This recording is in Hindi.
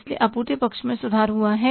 इसलिए आपूर्ति पक्ष में सुधार हुआ है